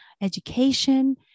education